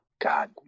God